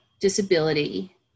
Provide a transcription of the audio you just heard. disability